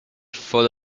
full